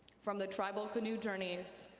from the tribal canoe journeys,